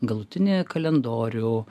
galutinį kalendorių